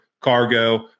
cargo